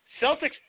Celtics